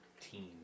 team